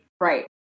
Right